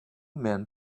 men